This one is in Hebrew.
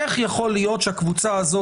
איך יכול להיות שהקבוצה הזו,